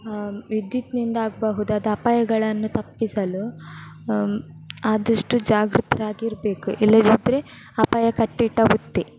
ವಿದ್ಯುತ್ತಿನಿಂದಾಗ್ಬಹುದಾದ ಅಪಾಯಗಳನ್ನು ತಪ್ಪಿಸಲು ಆದಷ್ಟು ಜಾಗೃತರಾಗಿರ್ಬೇಕು ಇಲ್ಲದಿದ್ದರೆ ಅಪಾಯ ಕಟ್ಟಿಟ್ಟ ಬುತ್ತಿ